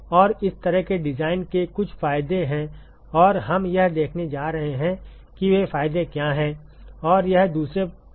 और इस तरह के डिजाइन के कुछ फायदे हैं और हम यह देखने जा रहे हैं कि वे फायदे क्या हैं और यह दूसरे पर फायदे क्यों हैं